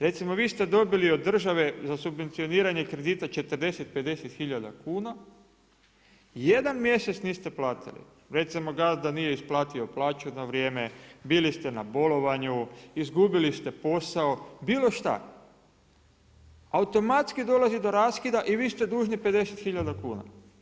Recimo vi ste dobili za subvencioniranje kredita 40, 50 hiljada kuna, jedan mjesec niste platili, recimo, gazda nije isplatio plaću na vrijeme, bili ste na bolovanju, izgubili ste posao, bilo šta, automatski dolazi do raskida i vi ste dužni 50 hiljada kuna.